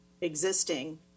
existing